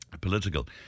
political